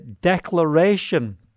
declaration